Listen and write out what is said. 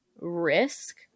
risk